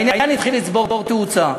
העניין התחיל לצבור תאוצה.